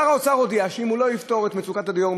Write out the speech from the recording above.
שר האוצר הודיע שאם הוא לא יפתור את מצוקת הדיור,